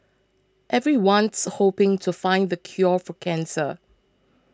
everyone's hoping to find the cure for cancer